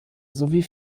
sowie